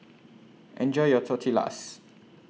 Enjoy your Tortillas